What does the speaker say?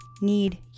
need